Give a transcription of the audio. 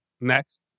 next